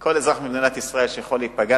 כל אזרח במדינת ישראל שיכול להיפגע,